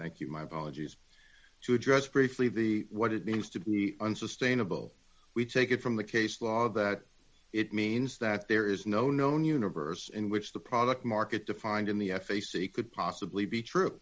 thank you my apologies to address briefly the what it means to be unsustainable we take it from the case law that it means that there is no known universe in which the product market defined in the f a c could possibly be true